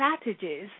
strategies